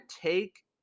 take